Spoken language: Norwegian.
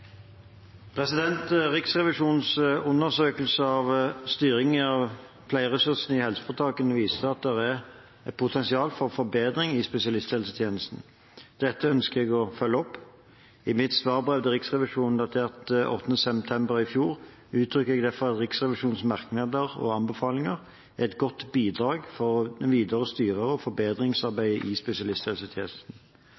et potensial for forbedring i spesialisthelsetjenesten. Dette ønsker jeg å følge opp. I mitt svarbrev til Riksrevisjonen, datert 8. september i fjor, uttrykte jeg derfor at Riksrevisjonens merknader og anbefalinger er et godt bidrag for videre styring og